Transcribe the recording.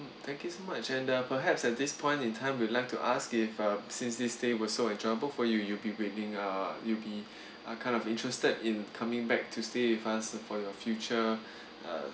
thank you so much and uh perhaps at this point in time we'll like to ask if uh since this stay was so enjoyable for you you'll be willing uh you'll be uh kind of interested in coming back to stay with us for your future uh